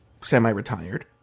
semi-retired